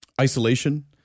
isolation